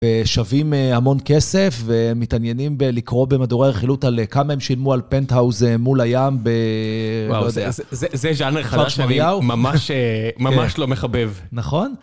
שווים המון כסף ומתעניינים לקרוא במדורי הרכילות על כמה הם שילמו על פנטהאוז מול הים ב... וואו, זה ז'אנר חדש מאמי, ממש לא מחבב. נכון.